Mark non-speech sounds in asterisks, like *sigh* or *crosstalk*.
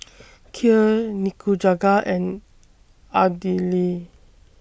*noise* Kheer Nikujaga and Idili